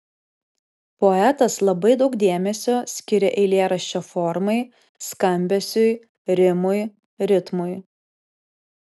poetas labai daug dėmesio skiria eilėraščio formai skambesiui rimui ritmui